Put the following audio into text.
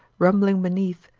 rumbling beneath,